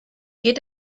geht